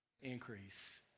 increase